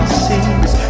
seas